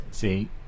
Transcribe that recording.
See